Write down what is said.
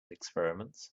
experiments